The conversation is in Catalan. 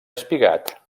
espigat